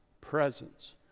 presence